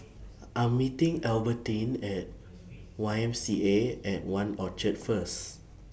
I Am meeting Albertine At Y M C A At one Orchard First